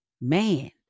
Man